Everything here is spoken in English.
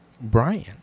Brian